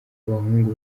abahungu